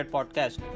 Podcast